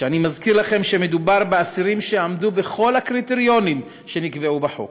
אני מזכיר לכם שמדובר באסירים שעמדו בכל הקריטריונים שנקבעו בחוק: